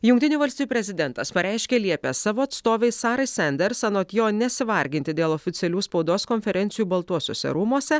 jungtinių valstijų prezidentas pareiškė liepęs savo atstovei sarai sanders anot jo nesivarginti dėl oficialių spaudos konferencijų baltuosiuose rūmuose